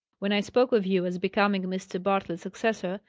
when i spoke of you as becoming mr. bartlett's successor,